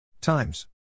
times